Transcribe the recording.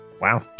Wow